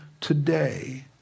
today